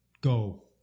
go